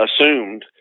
assumed